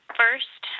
first